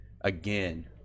again